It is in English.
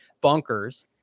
bunkers